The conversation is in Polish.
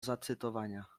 zacytowania